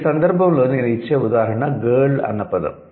ఈ సందర్భంలో నేను ఇచ్చే ఉదాహరణ 'గర్ల్' అన్న పదం